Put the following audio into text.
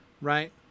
right